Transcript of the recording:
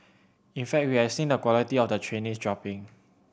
in fact we have seen the quality of the trainee dropping